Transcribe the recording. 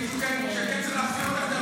ואם תגיד שכן צריך להחזיר אותם,